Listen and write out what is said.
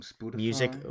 music